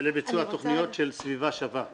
זה לביצוע תכניות של סביבה שווה.